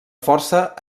força